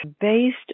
based